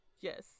Yes